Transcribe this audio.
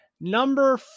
Number